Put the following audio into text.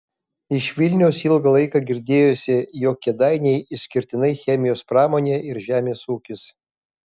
iš vilniaus ilgą laiką girdėjosi jog kėdainiai išskirtinai chemijos pramonė ir žemės ūkis